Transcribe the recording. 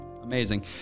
Amazing